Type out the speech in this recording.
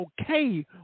okay